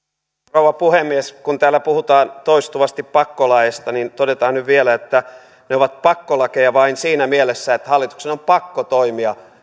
rouva puhemies kun täällä puhutaan toistuvasti pakkolaeista niin todetaan nyt vielä että ne ovat pakkolakeja vain siinä mielessä että hallituksen on pakko toimia